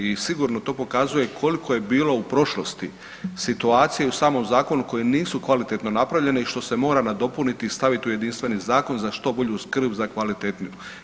I sigurno to pokazuje koliko je bilo u prošlosti situacija i u samom zakonu koje nisu kvalitetno napravljene i što se mora nadopuniti i staviti u jedinstveni zakon za što bolju skrb, za kvalitetniju.